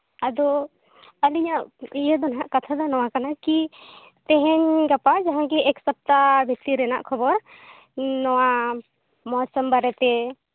ᱟᱫᱚ ᱟᱹᱞᱤᱧᱟᱜ ᱤᱭᱟᱹ ᱫᱚ ᱱᱟᱷ ᱠᱟᱛᱷᱟ ᱫᱚ ᱱᱚᱣᱟ ᱠᱟᱱᱟ ᱠᱤ ᱛᱮᱦᱮᱧ ᱜᱟᱯᱟ ᱡᱟᱦᱟᱸᱭ ᱜᱮ ᱮᱠ ᱥᱚᱯᱛᱟᱦᱚ ᱵᱷᱤᱛᱤᱨ ᱨᱮᱱᱟᱜ ᱠᱷᱚᱵᱚᱨ ᱱᱚᱣᱟ ᱢᱳᱣᱥᱳᱢ ᱵᱟᱨᱮᱛᱮ